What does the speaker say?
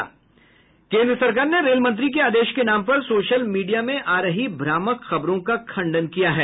केन्द्र सरकार ने रेल मंत्री के आदेश के नाम पर सोशल मीडिया में आ रही भ्रामक खबरों का खंडन किया है